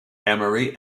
emory